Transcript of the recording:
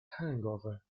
hangover